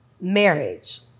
marriage